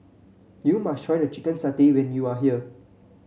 you must try the Chicken Satay when you are here